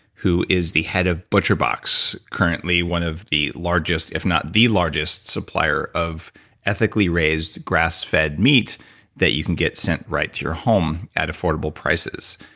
who is the head of butcher box, currently one of the largest, if not the largest, supplier of ethically raised grass-fed meat that you can get sent right to your home at affordable prices.